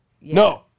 No